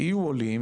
יהיו עולים,